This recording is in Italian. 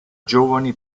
giovani